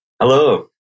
Hello